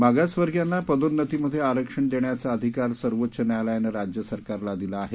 मागासवर्गीयांना पदोन्नतीमध्ये आरक्षण देण्याचा अधिकार सर्वोच्च न्यायालयाने राज्य सरकारला दिला आहे